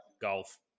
golf